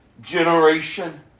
generation